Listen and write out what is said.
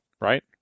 right